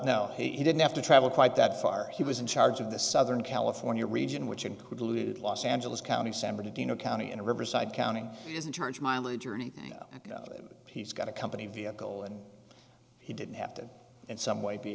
no he didn't have to travel quite that far he was in charge of the southern california region which include los angeles county san bernardino county and riverside county is in charge mileage or anything that he's got a company vehicle and he didn't have to in some way be